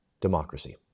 democracy